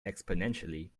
exponentially